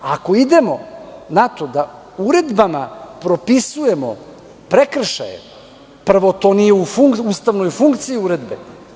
Ako idemo na to da uredbama propisujemo prekršaje, prvo, to nije u ustavnoj funkciji uredbe.